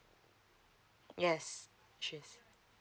yes